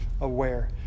aware